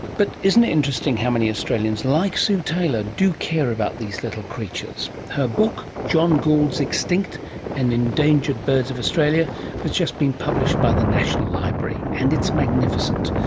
but isn't it interesting how many australians, like sue taylor, do care about these little creatures? her book john gould's extinct and endangered birds of australia has just been published by the national library, and it's magnificent.